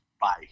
Bye